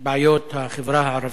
החברה הערבית,